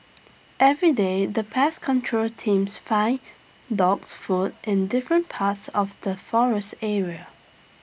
everyday the pest control teams finds dogs food in different parts of the forest area